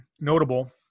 notable